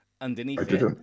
underneath